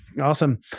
Awesome